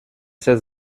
ses